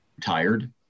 tired